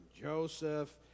Joseph